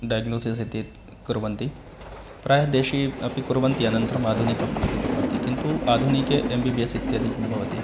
diagnosis इति कुर्वन्ति प्रायः देशीयाः अपि कुर्वन्ति अनन्तरम् आधुनिकम् अपि कुर्वन्ति किन्तु आधुनिके एम्बिबिएस् इत्यादिकं भवति